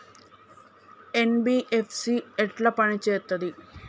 NBFC ఎట్ల పని చేత్తది?